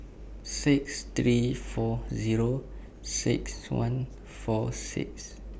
six three four Zero six one four six